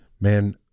Man